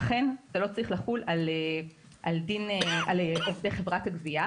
אכן זה לא צריך לחול על עובדי חברת הגבייה,